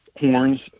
horns